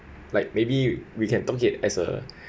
like maybe we can took it as a